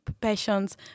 passions